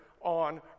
on